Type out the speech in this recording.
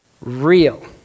real